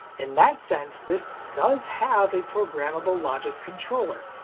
in that sense this does have a programmable logic controller.